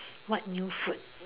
what new food